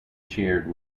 shared